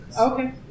Okay